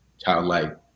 childlike